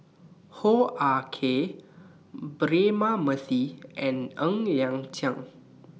Hoo Ah Kay Braema Mathi and Ng Liang Chiang